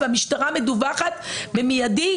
והמשטרה מדווחת במיידי,